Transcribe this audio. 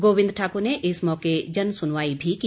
गोविंद ठाक्र ने इस मौके जन सुनवाई भी की